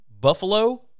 Buffalo